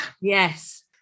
Yes